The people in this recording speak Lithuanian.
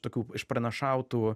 tokių išpranašautų